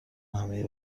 همهی